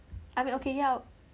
I mean okay 要